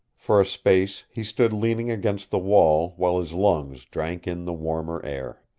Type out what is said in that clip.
for a space he stood leaning against the wall while his lungs drank in the warmer air.